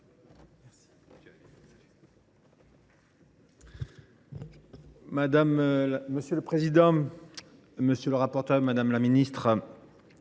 Merci